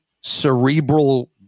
cerebral